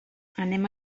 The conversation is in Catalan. anem